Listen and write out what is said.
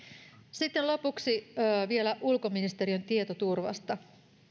sitten lopuksi vielä ulkoministeriön tietoturvasta